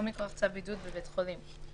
או מכוח צו בידוד בבית חולים.